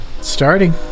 starting